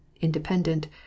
Independent